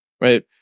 Right